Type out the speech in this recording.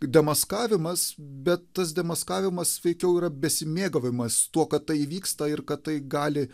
demaskavimas bet tas demaskavimas veikiau yra besimėgavimas tuo kad tai įvyksta ir kad tai gali